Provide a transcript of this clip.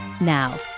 Now